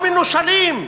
המנושלים,